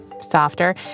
Softer